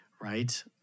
right